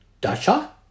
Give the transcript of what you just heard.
Dasha